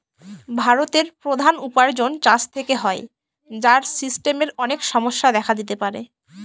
ভারতের প্রধান উপার্জন চাষ থেকে হয়, যার সিস্টেমের অনেক সমস্যা দেখা দিতে পারে